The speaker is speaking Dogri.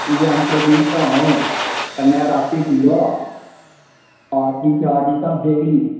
लैंटर दी धाम कन्नै रातीं दूआ पार्टी करांदे भी